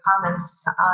comments